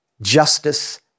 justice